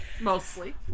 Mostly